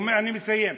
אני מסיים.